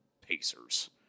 Pacers